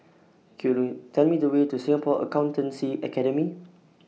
Could YOU Tell Me The Way to Singapore Accountancy Academy